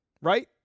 Right